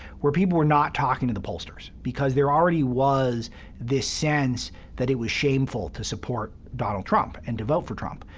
where people were not talking to the pollsters because there already was this sense that it was shameful to support donald trump and to vote for trump.